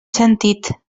sentit